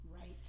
Right